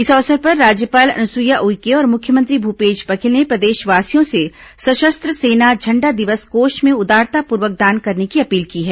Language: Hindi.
इस अवसर पर राज्यपाल अनुसुईया उइके और मुख्यमंत्री भूपेश बघेल ने प्रदेशवासियों से सशस्त्र सेना झण्डा दिवस कोष में उदारतापूर्वक दान करने की अपील की है